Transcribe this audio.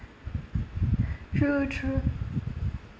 true true